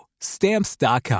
Stamps.com